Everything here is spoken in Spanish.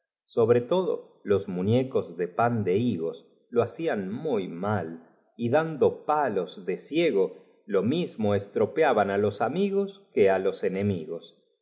sobre todo los muñecos de pan de higos ba de orga nizarse un cuetpo de caballelo hacían muy mal y dando palos de cie ria ratonil go lo mismo estropeab an á los amigos no habla pues victo ria posible para el que á los enemigos